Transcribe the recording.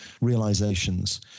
realizations